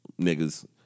niggas